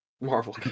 Marvel